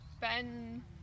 Ben